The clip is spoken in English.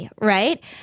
right